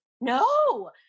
No